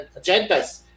agendas